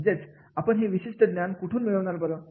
म्हणजेच आपण हे विशिष्ट ज्ञान कुठून मिळणार बरं